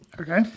Okay